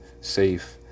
safe